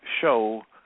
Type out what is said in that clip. show